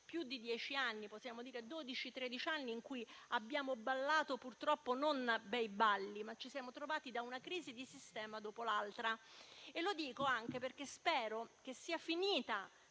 più di dieci anni, possiamo dire da dodici o tredici anni in cui abbiamo ballato purtroppo non bei balli, ma siamo passati da una crisi di sistema all'altra. Lo dico anche perché spero che sia finita